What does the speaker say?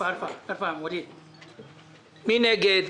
מי נגד?